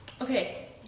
Okay